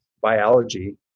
biology